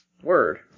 Word